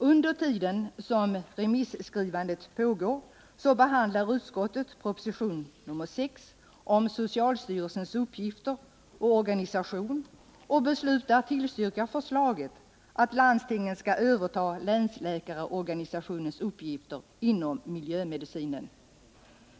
Under tiden som remisskrivandet pågår behandlar utskottet proposition nr 6 om socialstyrelsens uppgifter och organisation och beslutar tillstyrka förslaget att landstingen skall överta länsläkarorganisationens uppgifter inom miljömedicinen.